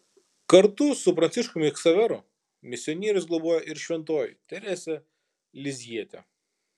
kartu su pranciškumi ksaveru misionierius globoja ir šventoji teresė lizjietė